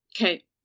Okay